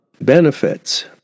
benefits